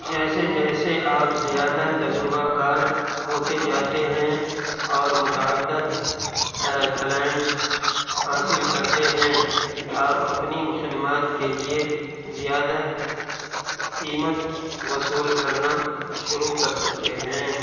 جیسے جیسے آپ زیادہ تجربہ کار ہوتے جاتے ہیں اور متعدد کلائنٹس حاصل کرتے ہیں آپ اپنی خدمات کے لیے زیادہ قیمت وصول کرنا شروع کر سکتے ہیں